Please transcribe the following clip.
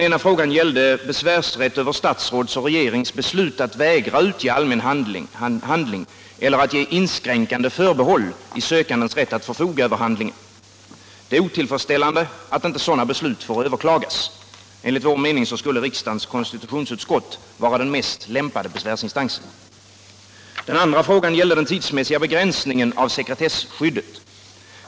grundlagsändringar att vägra utge allmän handling eller att ge inskränkande förbehåll i sökandens rätt att förfoga över handlingen. Det är otillfredsställande att inte sådana beslut får överklagas. Enligt vår mening skulle riksdagens konstitutionsutskott vara den mest lämpade besvärsinstansen. Den andra gällde frågan om den tidsmässiga begränsningen av sekretesskyddet.